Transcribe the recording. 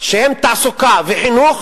תעסוקה וחינוך,